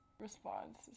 response